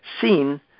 seen